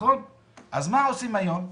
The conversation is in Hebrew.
אז מה עושים היום?